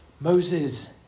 Moses